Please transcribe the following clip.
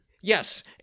Yes